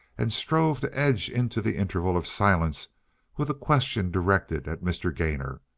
and strove to edge into the interval of silence with a question directed at mr. gainor.